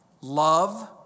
Love